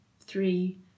three